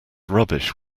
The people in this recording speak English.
rubbish